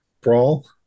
brawl